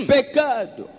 Pecado